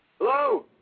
hello